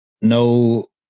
no